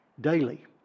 daily